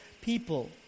people